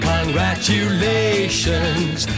Congratulations